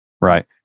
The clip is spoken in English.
right